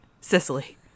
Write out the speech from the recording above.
sicily